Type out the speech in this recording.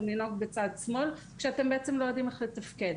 לנהוג בצד שמאל כשאתם בעצם לא יודעים איך לתפקד.